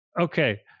Okay